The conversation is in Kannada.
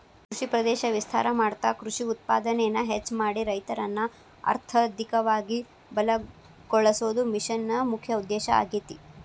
ಕೃಷಿ ಪ್ರದೇಶ ವಿಸ್ತಾರ ಮಾಡ್ತಾ ಕೃಷಿ ಉತ್ಪಾದನೆನ ಹೆಚ್ಚ ಮಾಡಿ ರೈತರನ್ನ ಅರ್ಥಧಿಕವಾಗಿ ಬಲಗೋಳಸೋದು ಮಿಷನ್ ನ ಮುಖ್ಯ ಉದ್ದೇಶ ಆಗೇತಿ